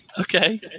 Okay